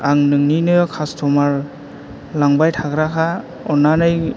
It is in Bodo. आं नोंनिनो खास्थ'मार लांबाय थाग्राखा अननानै